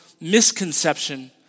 misconception